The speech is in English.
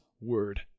Word